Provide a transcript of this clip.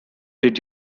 did